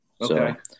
Okay